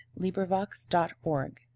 LibriVox.org